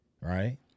Right